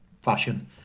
fashion